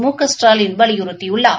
முகஸ்டாலின் வலியுறுத்தியுள்ளார்